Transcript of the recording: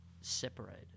separated